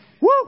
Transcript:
Woo